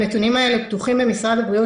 הנתונים האלה פתוחים למשרד הבריאות.